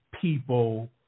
people